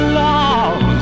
love